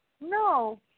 No